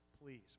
Please